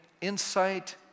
insight